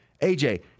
AJ